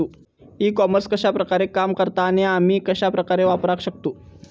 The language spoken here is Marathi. ई कॉमर्स कश्या प्रकारे काम करता आणि आमी कश्या प्रकारे वापराक शकतू?